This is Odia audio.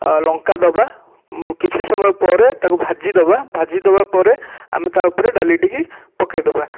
ଅ ଲଙ୍କା ଦବା କିଛି ସମୟ ପରେ ତାକୁ ଭାଜିଦବା ଭାଜିଦବା ପରେ ଆମେ ତା ଉପରେ ଡାଲିଟି କି ପକାଇ ଦବା